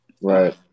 Right